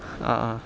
a'ah